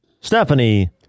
Stephanie